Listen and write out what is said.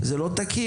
זה לא תקין.